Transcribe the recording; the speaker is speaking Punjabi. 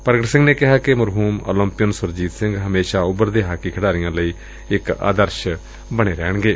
ਪਰਗਟ ਸਿੰਘ ਨੇ ਕਿਹਾ ਕਿ ਮਰਹੁਮ ਓਲੰਪੀਅਨ ਸੁਰਜੀਤ ਸਿੰਘ ਹਮੇਸ਼ਾ ਉਭਰਦੇ ਹਾਕੀ ਖਿਡਾਰੀਆਂ ਲਈ ਇਕ ਆਦਰਸ ਬਣੇ ਰਹਿਣਗੇ